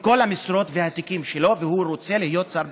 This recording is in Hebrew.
בכל המשרות והתיקים שלו והוא רוצה להיות שר ביטחון.